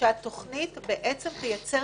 שהתכנית תייצר